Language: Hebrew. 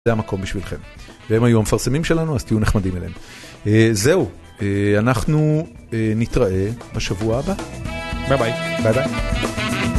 זה המקום בשבילכם, והם היו המפרסמים שלנו אז תהיו נחמדים אליהם, זהו אנחנו נתראה בשבוע הבא, ביי ביי.